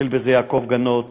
התחיל בזה יעקב גנות